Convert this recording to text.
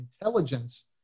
intelligence